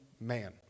man